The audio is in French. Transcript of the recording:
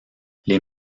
les